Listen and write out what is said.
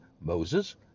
Moses